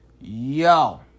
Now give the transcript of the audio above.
Yo